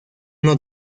uno